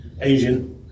Asian